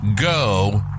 go